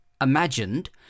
imagined